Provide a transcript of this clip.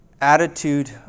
attitude